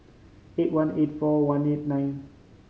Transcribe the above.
eight one eight four one eight nine